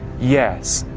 yes,